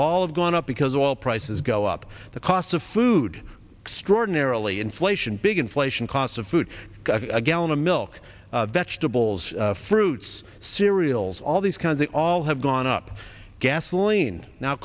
of gone up because oil prices go up the cost of food extraordinarily inflation big inflation costs of food a gallon of milk vegetables fruits cereals all these kinds they all have gone up gasoline now